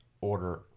order